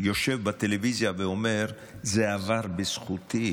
ואומר: זה עבר בזכותי